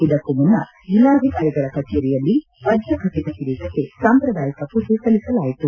ಇದಕ್ಕೂ ಮುನ್ನ ಜಲ್ಲಾಧಿಕಾರಿಗಳ ಕಚೇರಿಯಲ್ಲಿ ವಜ್ರಖಚತ ಕಿರೀಟಕ್ಕೆ ಸಾಂಪ್ರದಾಯಿಕ ಪೂಜೆ ಸಲ್ಲಿಸಲಾಯಿತು